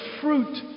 fruit